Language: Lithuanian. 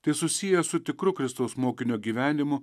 tai susiję su tikru kristaus mokinio gyvenimu